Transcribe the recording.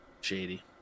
Shady